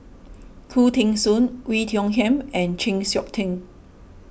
Khoo Teng Soon Oei Tiong Ham and Chng Seok Tin